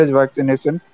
vaccination